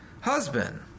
husband